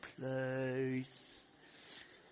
place